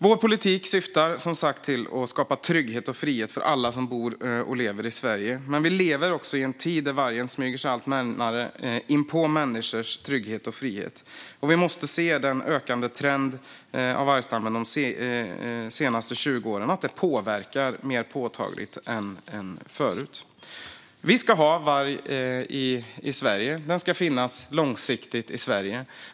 Vår politik syftar till att skapa trygghet och frihet för alla som bor och lever i Sverige, men vi lever också i en tid där vargen smyger sig allt närmare in på människors trygghet och frihet. Vi måste se den ökande trenden av att vargstammen de senaste 20 åren inte har påverkats mer påtagligt än tidigare. Vi ska ha varg i Sverige, och den ska finnas långsiktigt i Sverige.